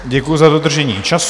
Děkuji za dodržení času.